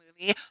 movie